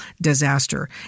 disaster